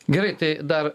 gerai tai dar